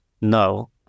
no